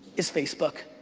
is facebook.